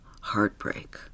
heartbreak